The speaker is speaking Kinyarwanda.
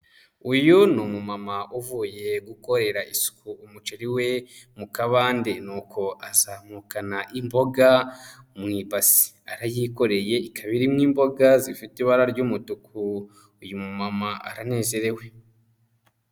Uyu ni umumama uvuye gukorera isuku umuceri we mu kabande nuko azamukana imboga mu ibasi, arayikoreye ikaba irimo imboga zifite ibara ry'umutuku, uyu mumama aranezerewe.